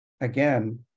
again